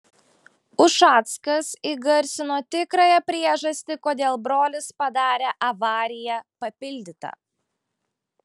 ušackas įgarsino tikrąją priežastį kodėl brolis padarė avariją papildyta